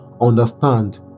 understand